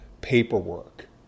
paperwork